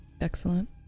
Excellent